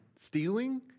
stealing